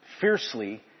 Fiercely